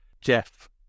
Jeff